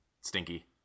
stinky